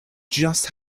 just